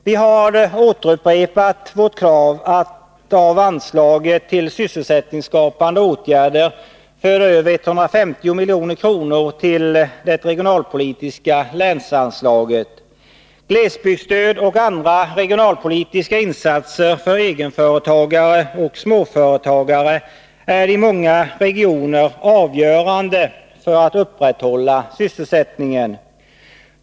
Vi har återupprepat vårt krav att 150 milj.kr. av anslaget till sysselsättningsskapande åtgärder skall föras över till det regionalpolitiska länsanslaget. Glesbygdsstöd och andra regionalpolitiska insatser för egenföretagare och småföretagare är i många regioner avgörande för att man skall kunna upprätthålla sysselsättningen.